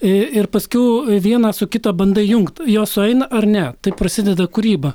i ir paskiau vieną su kita bandai jungt jos sueina ar ne taip prasideda kūryba